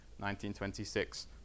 1926